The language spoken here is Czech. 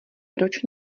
proč